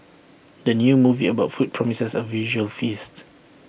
the new movie about food promises A visual feast